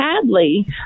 sadly